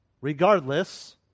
Regardless